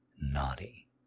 naughty